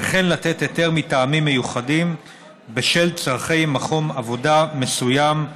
וכן לתת היתר מטעמים מיוחדים בשל צורכי מקום עבודה מסוים,